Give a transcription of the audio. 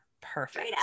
Perfect